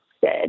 good